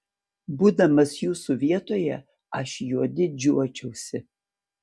būdamas jūsų vietoje aš juo didžiuočiausi